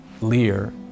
Lear